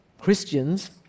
Christians